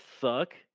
suck